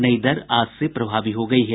नई दर आज से प्रभावी हो गयी है